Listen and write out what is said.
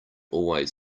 always